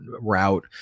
route